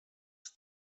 ist